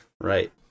Right